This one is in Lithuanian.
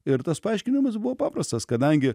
ir tas paaiškinimas buvo paprastas kadangi